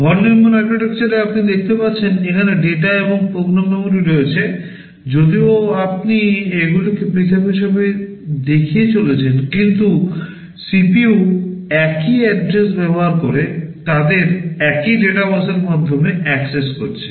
von Neumann আর্কিটেকচারে আপনি দেখতে পাচ্ছেন এখানে ডেটা এবং program memory রয়েছে যদিও আপনি এগুলিকে পৃথক হিসাবে দেখিয়ে চলেছেন কিন্তু CPU একই address ব্যবহার করে তাদের একই ডেটা বাসের করছে